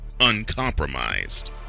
uncompromised